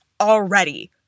already